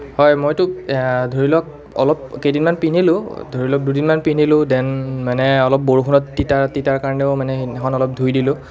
হয় মইতো ধৰি লওক অলপ কেইদিনমান পিন্ধিলোঁ ধৰি লওক দুদিনমান পিন্ধিলোঁ ডেন মানে অলপ বৰষুণত তিতা তিতাৰ কাৰণেও মানে সেইদিনাখন অলপ ধুই দিলোঁ